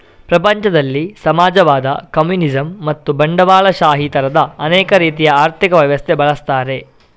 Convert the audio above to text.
ಪ್ರಪಂಚದಲ್ಲಿ ಸಮಾಜವಾದ, ಕಮ್ಯುನಿಸಂ ಮತ್ತು ಬಂಡವಾಳಶಾಹಿ ತರದ ಅನೇಕ ರೀತಿಯ ಆರ್ಥಿಕ ವ್ಯವಸ್ಥೆ ಬಳಸ್ತಾರೆ